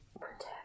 Protect